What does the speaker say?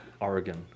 Oregon